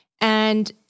And-